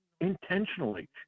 intentionally